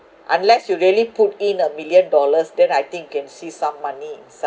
unless you really put in a million dollars then I think can see some money